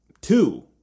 two